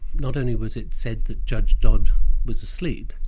not only was it said that judge dodd was asleep,